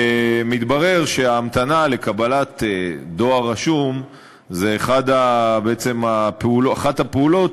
ומתברר שההמתנה לקבלת דואר רשום היא אחת הפעולות